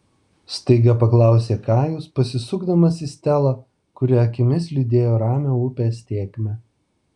staiga paklausė kajus pasisukdamas į stelą kuri akimis lydėjo ramią upės tėkmę